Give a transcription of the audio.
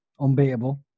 unbeatable